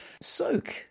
Soak